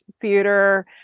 theater